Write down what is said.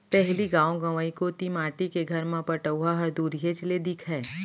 पहिली गॉव गँवई कोती माटी के घर म पटउहॉं ह दुरिहेच ले दिखय